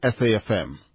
SAFM